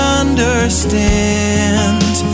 understand